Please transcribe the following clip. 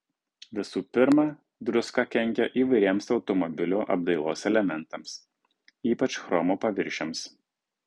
visų pirma druska kenkia įvairiems automobilio apdailos elementams ypač chromo paviršiams